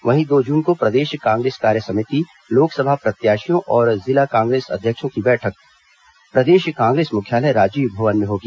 वहीं दो जून को प्रदेश कांग्रेस कार्यकारिणी लोकसभा प्रत्याशियों और जिला कांग्रेस अध्यक्षों की बैठक प्रदेश कांग्रेस मुख्यालय राजीव भवन में होगी